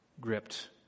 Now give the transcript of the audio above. gripped